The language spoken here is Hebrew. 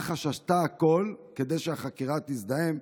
מח"ש עשתה הכול כדי שהחקירה תזדהם?